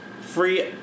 free